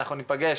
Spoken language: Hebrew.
ניפגש